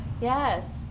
Yes